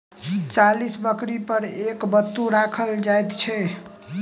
चालीस बकरी पर एक बत्तू राखल जाइत छै